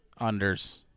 Unders